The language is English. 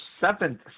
seventh